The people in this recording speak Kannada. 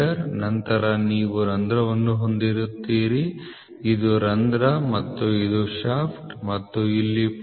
ನಂತರ ನೀವು ರಂಧ್ರವನ್ನು ಹೊಂದಿರುತ್ತೀರಿ ಇದು ರಂಧ್ರ ಮತ್ತು ಇದು ಶಾಫ್ಟ್ ಮತ್ತು ಇಲ್ಲಿ 0